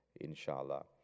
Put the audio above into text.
inshallah